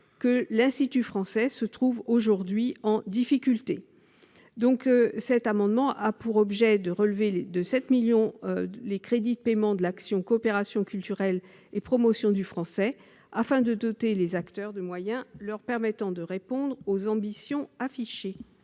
l'Institut français se trouve aujourd'hui en difficulté. Nous souhaitons donc relever de 7 millions d'euros les crédits de paiement de l'action Coopération culturelle et promotion du français, afin de doter les acteurs de moyens leur permettant de répondre aux ambitions affichées.